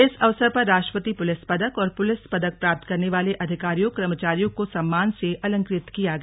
इस अवसर पर राष्ट्रपति पुलिस पदक और पुलिस पदक प्राप्त करने वाले अधिकारियों कर्मचारियों को सम्मान से अलंकृत किया गया